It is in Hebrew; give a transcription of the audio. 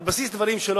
על בסיס הדברים שלו,